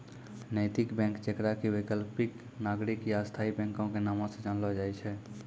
नैतिक बैंक जेकरा कि वैकल्पिक, नागरिक या स्थायी बैंको के नामो से जानलो जाय छै